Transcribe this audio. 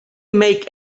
make